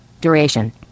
Duration